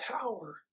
power